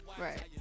Right